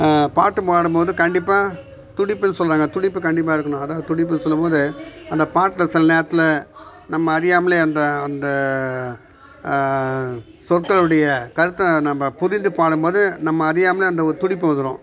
பாட்டு பாடும்போது கண்டிப்பாக துடிப்பு சொல்லுவாங்கள் துடிப்பு கண்டிப்பாக இருக்கணும் அதுதான் துடிப்பு சொல்லும்போது அந்த பாட்டில் சில நேரத்தில் நம்ம அறியாமலேயே அந்த அந்த சொற்களுடைய கருத்தை நம்ம புரிந்து பாடும்போது நம்ம அறியாமலேயே அந்த ஒரு துடிப்பு வந்துடும்